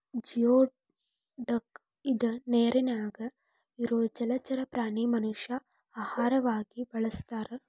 geoduck ಇದ ನೇರಿನ್ಯಾಗ ಇರು ಜಲಚರ ಪ್ರಾಣಿ ಮನಷ್ಯಾ ಆಹಾರವಾಗಿ ಬಳಸತಾರ